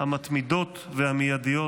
המתמידות והמיידיות